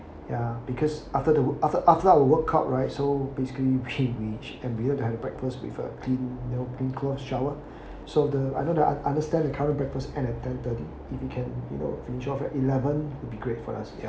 ya because after the wo~ after after our workout right so basically we reach and we want to have breakfast with a clean you know being clothes shower so the I know the un~ understand the current breakfast end at ten thirty if you can you know in the future of eleven would be great for us ya